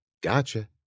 Gotcha